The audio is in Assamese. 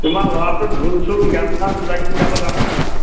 তোমাৰ ল'ৰাটোৱে ঢোল চোল গান চান কিবা কিবি গাব জানে নে নেজানে